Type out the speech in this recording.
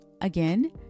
again